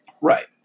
Right